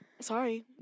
sorry